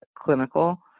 clinical